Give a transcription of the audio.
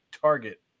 target